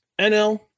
NL